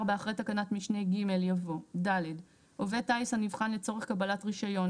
אחרי תקנת משנה (ג) יבוא: "(ד) עובד טיס הנבחן לצורך קבלת רישיון,